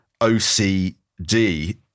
OCD